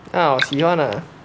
ya 我喜欢啊